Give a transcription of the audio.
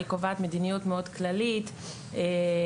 היא קובעת מדיניות מאוד כללית ומציגים